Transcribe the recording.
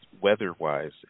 weather-wise